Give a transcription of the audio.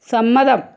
സമ്മതം